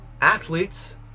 athletes